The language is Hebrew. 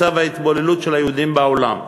מצב ההתבוללות של היהודים בעולם,